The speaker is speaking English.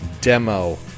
demo